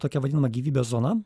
tokia vadinama gyvybės zona